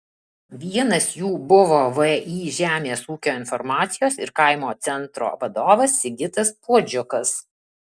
vienas jų buvo vį žemės ūkio informacijos ir kaimo centro vadovas sigitas puodžiukas